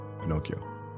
Pinocchio